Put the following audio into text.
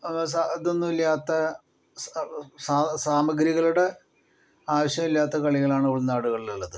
അങ്ങനെ ഇതൊന്നുമില്ലാത്ത സാമഗ്രികളുടെ ആവശ്യമില്ലാത്ത കളികളാണ് ഉൾനാടുകളിൽ ഉള്ളത്